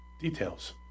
details